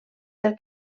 del